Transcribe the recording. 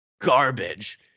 garbage